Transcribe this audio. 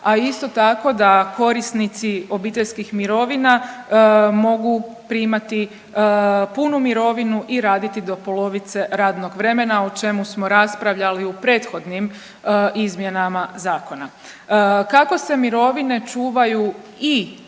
a isto tako da korisnici obiteljskih mirovina mogu primati punu mirovinu i raditi do polovice radnog vremena o čemu smo raspravljali u prethodnim izmjenama zakona. Kako se mirovine čuvaju i